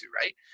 Right